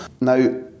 Now